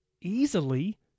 easily